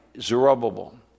Zerubbabel